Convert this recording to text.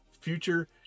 future